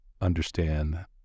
understand